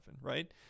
right